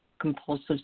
compulsive